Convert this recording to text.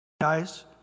Guys